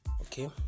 okay